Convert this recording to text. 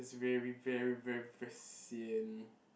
is very very very very sian